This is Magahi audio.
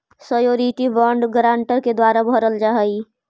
श्योरिटी बॉन्ड गारंटर के द्वारा भरल जा हइ